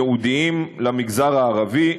ייעודיים למגזר הערבי.